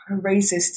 racist